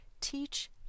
Teach